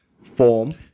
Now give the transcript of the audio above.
Form